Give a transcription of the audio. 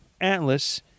Atlas